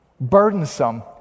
burdensome